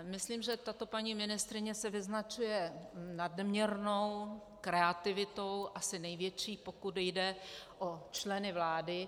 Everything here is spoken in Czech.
Myslím, že tato paní ministryně se vyznačuje nadměrnou kreativitou, asi největší, pokud jde o členy vlády.